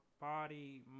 body